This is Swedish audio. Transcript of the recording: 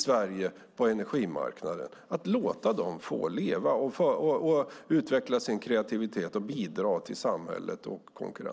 Det är ju en stor samhällsfråga att vi har bristande konkurrens på energimarknaden i Sverige.